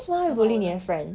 ya but 我的